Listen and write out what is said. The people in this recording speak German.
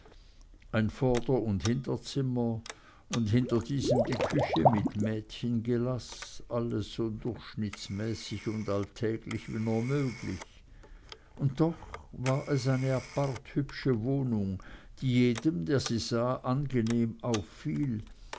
ein vorder und hinterzimmer und hinter diesem die küche mit mädchengelaß alles so durchschnittsmäßig und alltäglich wie nur möglich und doch war es eine apart hübsche wohnung die jedem der sie sah angenehm auffiel